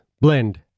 blend